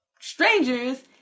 strangers